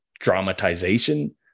dramatization